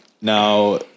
now